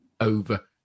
over